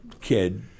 kid